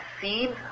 seeds